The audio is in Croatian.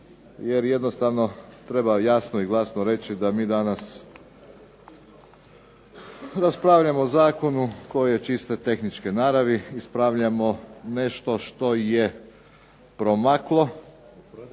jer jednostavno treba jasno i glasno reći da mi danas raspravljamo o Zakonu koji je čiste tehničke naravi, ispravljamo nešto što je promaklo